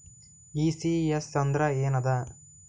ECS ಅಂದ್ರ ಏನದ?